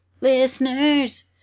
listeners